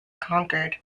conquered